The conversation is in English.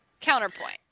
Counterpoint